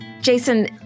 Jason